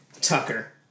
Tucker